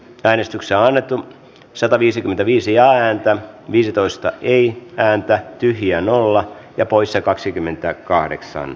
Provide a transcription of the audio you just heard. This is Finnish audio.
väristyksiä alettu sataviisikymmentäviisi ääntä viisitoista ei näytä tyhjään olla jo poissa kaksikymmentä hyväksyttiin